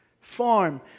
Farm